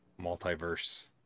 multiverse